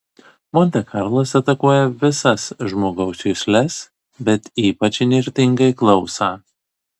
monte karlas atakuoja visas žmogaus jusles bet ypač įnirtingai klausą